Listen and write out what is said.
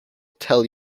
tell